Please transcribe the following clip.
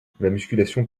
musculation